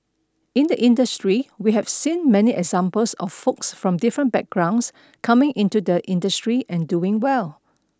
in the industry we've seen many examples of folks from different backgrounds coming into the industry and doing well